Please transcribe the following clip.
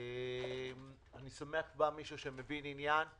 אני שמח שבא מישהו שמבין עניין.